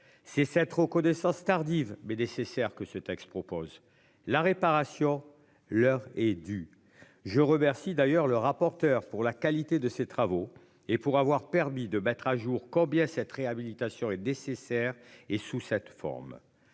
C'est cette reconnaissance tardive mais nécessaire que ce texte propose la réparation leur est dû. Je remercie d'ailleurs le rapporteur pour la qualité de ses travaux et pour avoir permis de mettre à jour combien cette réhabilitation et d'SSR et sous cette forme.